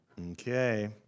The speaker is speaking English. Okay